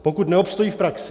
Pokud neobstojí v praxi.